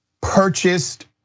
purchased